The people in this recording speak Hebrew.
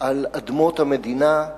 על אדמות המדינה.